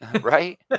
right